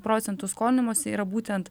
procentų skolinimosi yra būtent